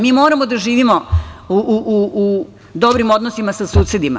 Mi moramo da živimo u dobrim odnosima sa susedima.